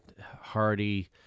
Hardy